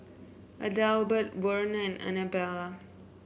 Adelbert Werner and Anabella